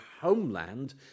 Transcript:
homeland